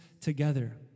together